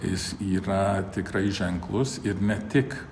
jis yra tikrai ženklus ir ne tik